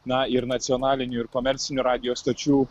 na ir nacionalinių ir komercinių radijo stočių